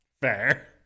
Fair